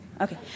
okay